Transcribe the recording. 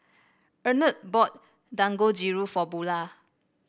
Emett bought Dangojiru for Bulah